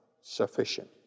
sufficient